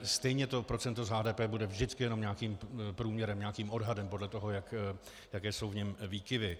Stejně to procento z HDP bude vždycky jenom nějakým průměrem, nějakým odhadem, podle toho, jaké jsou v něm výkyvy.